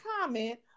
comment